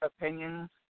opinions